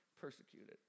persecuted